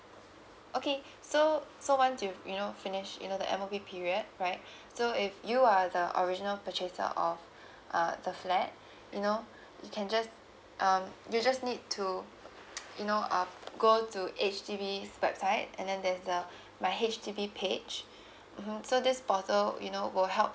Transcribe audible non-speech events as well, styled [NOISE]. okay so so once you you know finish you know the M_O_P period right so if you are the original purchaser of uh the flat you know you can just um you just need to you know [NOISE] um go to H_D_B's website and then there's a my H_D_B page um so this portal you know will help